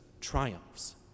triumphs